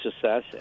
success